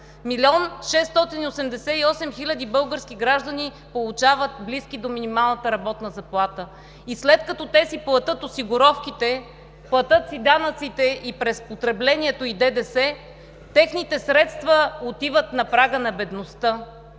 – милион 688 хиляди български граждани получават близки до минималната работна заплата и след като те си платят осигуровките, данъците, през потреблението и ДДС, техните средства отиват на прага на бедността.